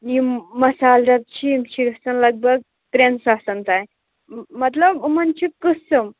یِم مَصال ڈَبہٕ چھِ یِم چھِ گَژھان لگ بگ ترٛین ساسَن تام مَطلَب یِمَن چھِ قٕسٕم